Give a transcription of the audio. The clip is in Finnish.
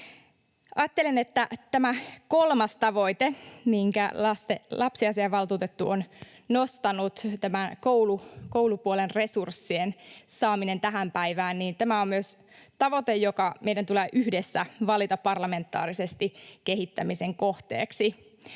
Ajattelen, että tämä kolmas tavoite, minkä lapsiasiainvaltuutettu on nostanut, tämä koulupuolen resurssien saaminen tähän päivään, on myös tavoite, joka meidän tulee yhdessä valita parlamentaarisesti kehittämisen kohteeksi.